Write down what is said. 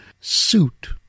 suit